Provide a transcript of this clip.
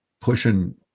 pushing